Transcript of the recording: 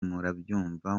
murabyumva